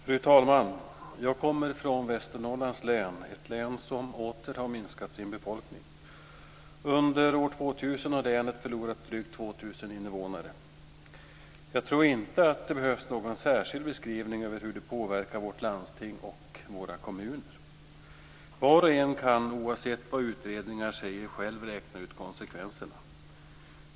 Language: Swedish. Fru talman! Jag kommer från Västernorrlands län, ett län som åter har fått sin befolkning minskad. Under år 2000 har länet förlorat drygt 2 000 invånare. Jag tror inte att det behövs någon särskild beskrivning av hur det påverkar vårt landsting och våra kommuner. Var och en kan oavsett vad utredningar säger själv räkna ut konsekvenserna.